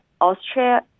Austria